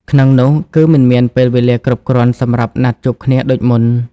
ក្នុងនោះគឺ មិនមានពេលវេលាគ្រប់គ្រាន់សម្រាប់ណាត់ជួបគ្នាដូចមុន។